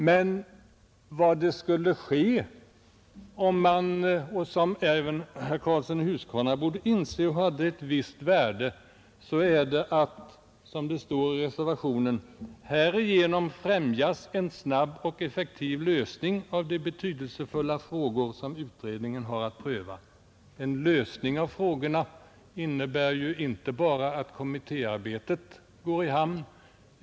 Men vad som sägs i reservationen — även herr Karlsson i Huskvarna borde inse att detta skulle vara av ett visst värde — är: ”Härigenom främjas en snabb och effektiv lösning av de betydelsefulla frågor som utredningen har att pröva.” En lösning av frågorna innebär inte bara att kommittdéarbetet förs i hamn.